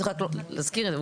צריך היה פה צריך להזכיר את זה.